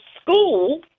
school